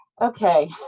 okay